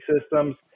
systems